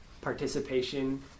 participation